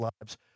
lives